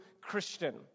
christian